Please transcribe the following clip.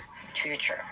Future